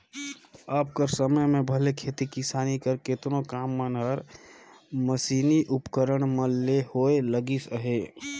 अब कर समे में भले खेती किसानी कर केतनो काम मन हर मसीनी उपकरन मन ले होए लगिस अहे